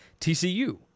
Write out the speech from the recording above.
TCU